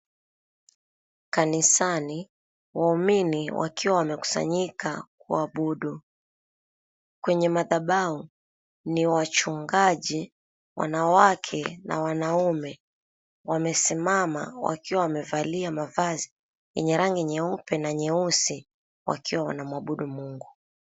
Kanisani, waumini wakiwa wamekusanyika kuabudu. Kwenye madhabahu ni wachungaji, wanawake na wanaume, wamesimama wakiwa wamevalia mavazi yenye rangi nyeupe na nyeusi, wakiwa wanamwabudu Mungu.